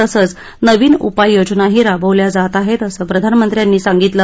तसंच नवीन उपाययोजनाही राबवल्या जात आहेत असं प्रधानमंत्र्यांनी सांगितलं